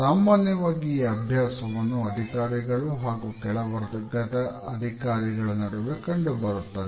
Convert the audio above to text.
ಸಾಮಾನ್ಯವಾಗಿ ಈ ಅಭ್ಯಾಸವನ್ನು ಅಧಿಕಾರಿಗಳು ಹಾಗೂ ಕೆಳವರ್ಗದ ಅಧಿಕಾರಿಗಳ ನಡುವೆ ಕಂಡುಬರುತ್ತದೆ